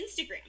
Instagram